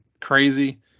crazy